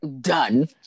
done